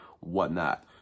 whatnot